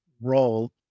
role